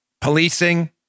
policing